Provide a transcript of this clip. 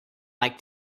like